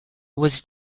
was